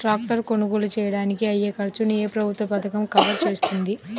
Tractor కొనుగోలు చేయడానికి అయ్యే ఖర్చును ఏ ప్రభుత్వ పథకం కవర్ చేస్తుంది?